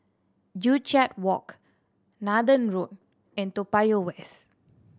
Joo Chiat Walk Nathan Road and Toa Payoh West